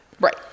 Right